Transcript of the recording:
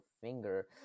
finger